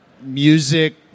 Music